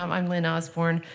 um i'm lynn osborn.